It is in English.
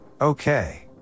okay